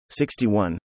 61